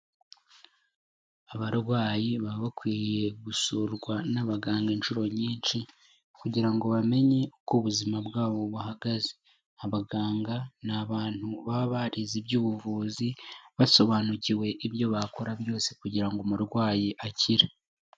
Abarwayi baba bakwiye gusurwa n'abaganga inshuro nyinshi kugira ngo bamenye uko ubuzima bwabo buhagaze. Abaganga ni abantu baba barize iby'ubuvuzi, basobanukiwe ibyo bakora byose kugira ngo umurwayi akire.